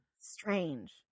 Strange